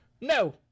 no